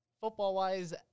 Football-wise